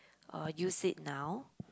uh use it now